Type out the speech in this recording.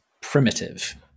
primitive